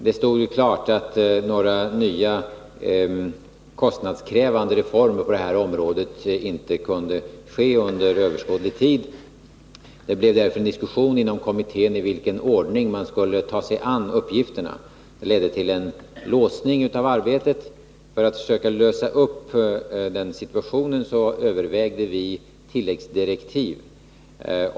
Det stod klart att några nya kostnadskrävande reformer på det här området inte kunde ske under överskådlig tid. Det blev därför en diskussion inom kommittén om i vilken ordning man skulle ta sig an uppgifterna. Det ledde till en låsning av arbetet. För att söka lösa upp den situationen övervägde vi tilläggsdirektiv.